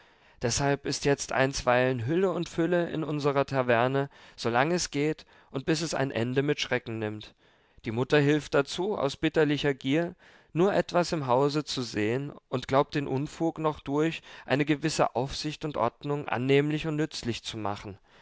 deshalb ist jetzt einstweilen hülle und fülle in unserer taverne solang es geht und bis es ein ende mit schrecken nimmt die mutter hilft dazu aus bitterlicher gier nur etwas im hause zu sehen und glaubt den unfug noch durch eine gewisse aufsicht und ordnung annehmlich und nützlich zu machen